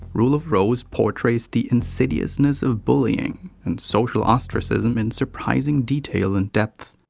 rule of rose portraits the insidiousness of bullying and social osctracism in surprising detail and depth.